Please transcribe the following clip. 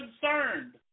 concerned